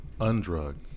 undrugged